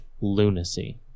lunacy